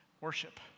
worship